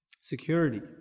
security